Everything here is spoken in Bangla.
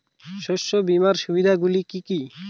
শস্য বিমার সুবিধাগুলি কি কি?